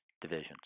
divisions